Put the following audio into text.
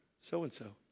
so-and-so